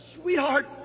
sweetheart